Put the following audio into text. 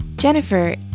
Jennifer